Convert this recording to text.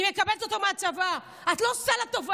היא מקבלת אותו מהצבא, את לא עושה לה טובה.